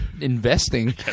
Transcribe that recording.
investing